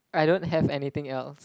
I don't have anything else